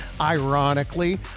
ironically